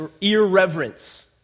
irreverence